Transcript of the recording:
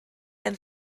and